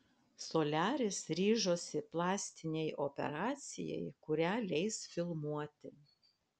soliaris ryžosi plastinei operacijai kurią leis filmuoti